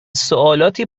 سوالاتی